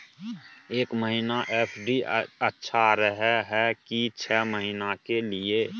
एक महीना एफ.डी अच्छा रहय हय की छः महीना के लिए?